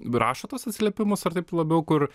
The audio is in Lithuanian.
rašo tuos atsiliepimus ar taip labiau kur